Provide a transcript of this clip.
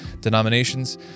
denominations